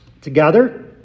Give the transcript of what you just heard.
together